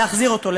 להחזיר אותו,